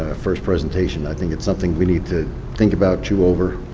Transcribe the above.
ah first presentation. i think it's something we need to think about, chew over,